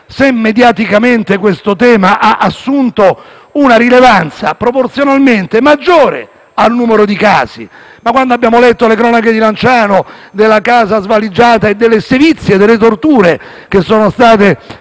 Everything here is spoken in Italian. se mediaticamente questo tema ha assunto una rilevanza proporzionalmente maggiore al numero di casi avvenuti. Quando abbiamo letto le cronache di Lanciano, della casa svaligiata e delle sevizie e delle torture inflitte